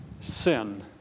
sin